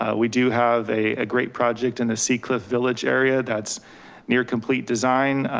um we do have a great project in the seacliff village area. that's near complete design.